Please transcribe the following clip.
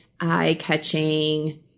eye-catching